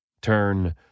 Turn